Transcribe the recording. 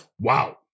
Wow